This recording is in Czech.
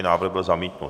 Návrh byl zamítnut.